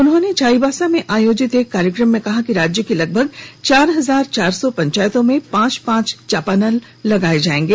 उन्होंने चाईबासा में आयोजित एक कार्यक्रम में कहा कि राज्य की लगभग चार हजार चार सौ पंचायतों में पांच पांच चापानल लगाए जाएंगे